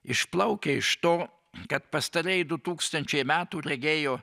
išplaukia iš to kad pastarieji du tūkstančiai metų regėjo